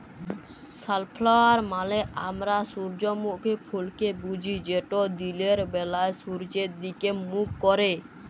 sunflower মালে আমরা সূজ্জমুখী ফুলকে বুঝি যেট দিলের ব্যালায় সূয্যের দিগে মুখ ক্যারে